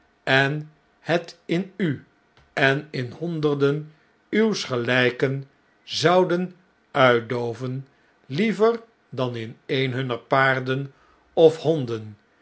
en het in u en in honderden uws geljjken zouden uitdooven liever dan in een hunner paarden of honden